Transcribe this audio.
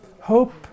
hope